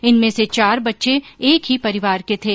इनमें से चार बच्चे एक ही परिवार के थे